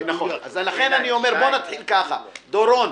בואו נתחיל כך: יהודה דורון,